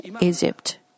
Egypt